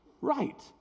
Right